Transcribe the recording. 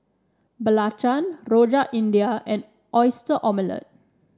Belacan Rojak India and Oyster Omelette